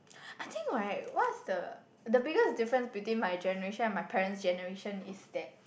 I think right what's the the biggest difference between my generation and my parents' generation is that